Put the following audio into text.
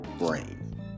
brain